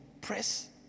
press